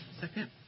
Second